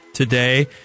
Today